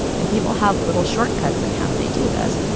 and people have little shortcuts in how they do this.